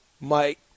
Mike